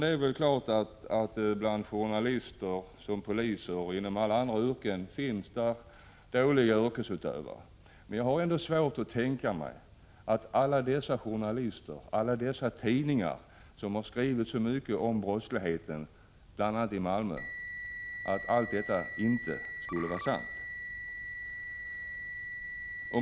Det är klart att bland journalister, liksom bland poliser och inom alla andra yrken, finns dåliga yrkesutövare, men jag har svårt att tänka mig att allt som har skrivits i tidningarna om brottsligheten, bl.a. i Malmö, inte skulle vara sant.